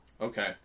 okay